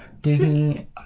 Disney